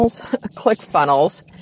ClickFunnels